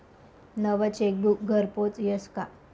नवं चेकबुक घरपोच यस का?